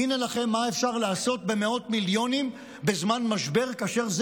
הינה לכם מה אפשר לעשות במאות מיליונים בזמן משבר כאשר זה